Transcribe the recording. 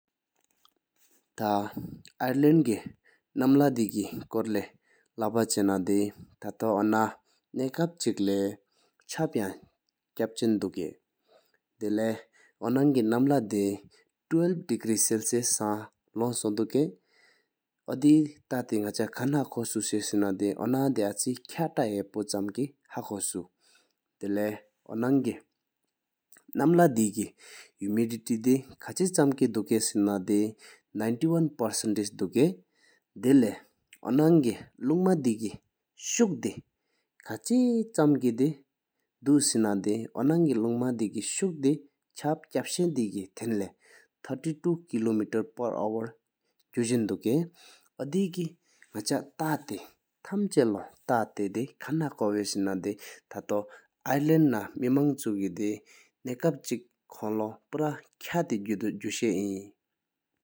ཐཱ ཨའི་ལནཌ གི ནམ་ལྷ་བདེ་ཀེ ཀོར་ལས་བླ་པ་ཆེ་ན དེ་དེ ཨོ ན ན་ཀཔ་གཅིག་ལས་ཆབ་ཡང་ཀཔ་ཆེན་འདུགས་། དེ་ལའི ཨོ་ནངས་དེ བཅུ་བཞིན དཀར་ཆིལ ཚད་ལོང་སོ་འདུགས་། ཨོ་དེ ཐཱཐེ་ནག་པྱ་ཁན་ཧ་ཁོ་སུ་ཆ་སེ་ན དེ ཨོ་ན་དེ ཨ་ཅི་ཁ་ཏ ཧ་པོ་ཆམ་ཁེ་ཧ་ཁོ་སུ་། དེ་ལའི ཨོ་ནངས་གི ནམ་ལྷ་བདེ་ཀེ ཧམུ་ཌི་སེམས་ཁེ་དུས་བསྡུགས་སེ་ན དེ དགུ་གཅུ་གཅིག་པར་སེམས་སེ་ན དེི་བུ་འདུགས་། དེ་ལའི ཨོ་ནངས་གི ལུང་མ་དེ་ཀེ ཤུཀ་དེ་ཁག་ཆེ་དུས་སེ་ན དེས་། ཨོ་ན་ཀེ ལུང་མ་དེ་ཀེ ཤུཀ་དེ་ཆབ་ཀཔ་ཤ་དེ་ཀེ ཐཱན་ལས་སུང་གཅིག་ལྷ་སྒོ་སུང་འདུགས་། ཨོ་སེ་ཁེ་ནག་ཇ་ཐཱཐེ་ཐེུ་ཚ་ལོ ཐཱཐེ་ཁག་ཧ་ཁོ་སུ་བ་སེ་ན་དེཏ་ཨཱི་རེ་ལེ་ན་ན་མེ་མོང་ དཀའི་ཚུ་ལེད་ཁཔ་ཅུ་སུ་པ་ཤ་མ་ཆོ་ནག་འདུ་སྟེ་།